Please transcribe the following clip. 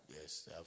Yes